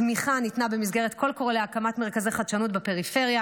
התמיכה ניתנה במסגרת קול קורא להקמת מרכזי חדשנות בפריפריה